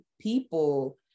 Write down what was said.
people